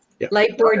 Lightboard